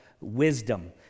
wisdom